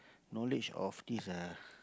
knowledge of this uh